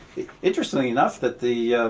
interesting enough that the